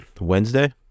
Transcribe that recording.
wednesday